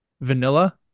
vanilla